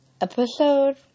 episode